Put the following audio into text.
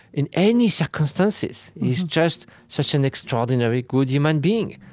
in any circumstances, he's just such an extraordinary, good human being.